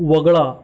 वगळा